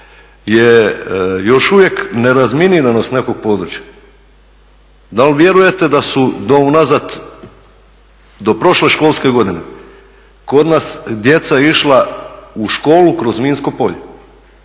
još uvije nerazminiranost nekog područja. Da li vjerujete da su do unazad do prošle školske godine kod nas djeca išla u školu kroz minsko polje.